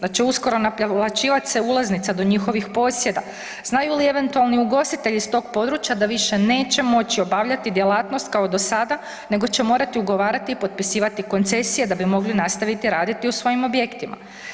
Da će uskoro naplaćivati se ulaznica do njihovih posjeda, znaju li eventualni ugostitelji s tog područja da više neće moći obavljati djelatnost kao do sada nego će morati ugovarati i potpisivati koncesije da bi mogli nastaviti raditi u svojim objektima.